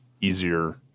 easier